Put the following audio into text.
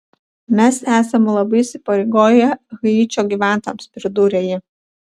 mes esame labai įsipareigoję haičio gyventojams pridūrė ji